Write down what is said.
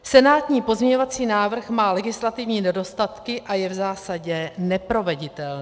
Senátní pozměňovací návrh má legislativní nedostatky a je v zásadě neproveditelný.